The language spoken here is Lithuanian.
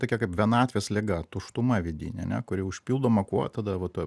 tokia kaip vienatvės liga tuštuma vidinė ane kuri užpildoma kuo tada va toj